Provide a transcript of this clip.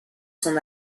son